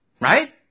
Right